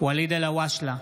ואליד אלהואשלה,